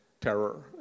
terror